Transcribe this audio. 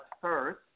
first